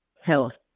health